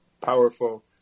powerful